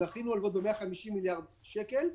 דחינו הלוואות ב-150 מיליארד שקל.